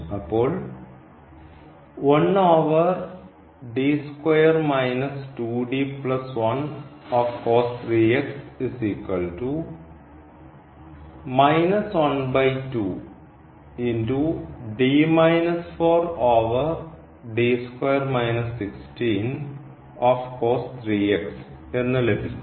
അപ്പോൾ എന്നു ലഭിക്കുന്നു